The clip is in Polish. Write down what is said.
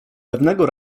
pewnego